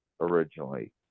originally